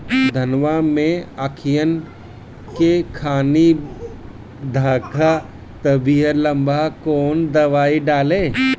धनवा मै अखियन के खानि धबा भयीलबा कौन दवाई डाले?